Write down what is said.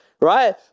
right